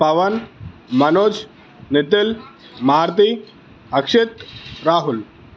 Pawan Manoj Nitin Maruthi Akshith Rahul